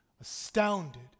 astounded